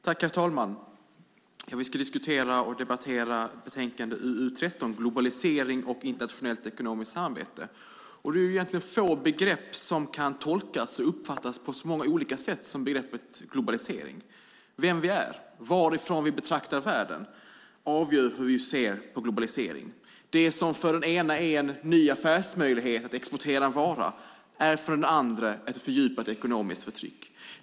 Herr talman! Vi debatterar nu betänkande UU13 Globalisering och internationellt ekonomiskt samarbete . Få begrepp kan tolkas och uppfattas på så många olika sätt som just begreppet globalisering. Vem vi är och varifrån vi betraktar världen avgör hur vi ser på globaliseringen. Det som för den ene är en ny affärsmöjlighet att exportera en vara är för den andre ett fördjupat ekonomiskt förtryck.